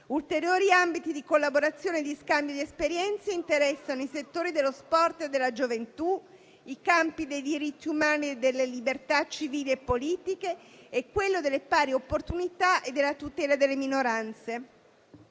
Ulteriori ambiti di collaborazione e di scambio di esperienze interessano i settori dello sport e della gioventù, dei diritti umani e delle libertà civili e politiche, nonché delle pari opportunità e della tutela delle minoranze.